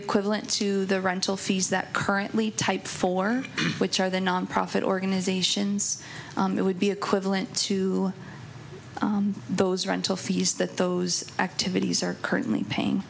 equivalent to the rental fees that currently type for which are the nonprofit organizations that would be equivalent to those rental fees that those activities are currently paying